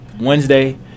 Wednesday